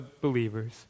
believers